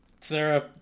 Sarah